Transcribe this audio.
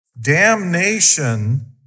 Damnation